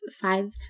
five